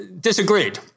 disagreed